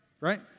right